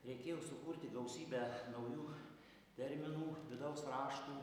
reikėjo sukurti gausybę naujų terminų vidaus raštų